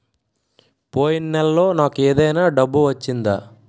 పోయిన నెలలో నాకు ఏదైనా డబ్బు వచ్చిందా?